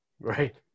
Right